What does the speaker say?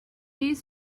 use